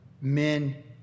men